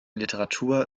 literatur